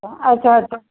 अच्छा अच्छा